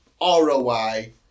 ROI